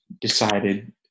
decided